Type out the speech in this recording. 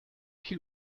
viel